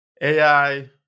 AI